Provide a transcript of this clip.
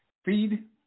Feed